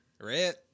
Red